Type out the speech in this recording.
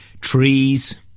trees